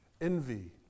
envy